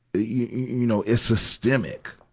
you know, it's systemic.